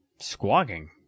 squawking